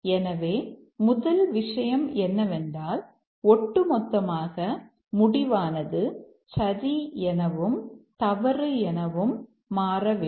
எனவே முதல் விஷயம் என்னவென்றால் ஒட்டுமொத்தமாக முடிவானது சரி எனவும் தவறு எனவும் மாற வேண்டும்